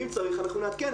ואם צריך, אנחנו נעדכן.